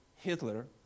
Hitler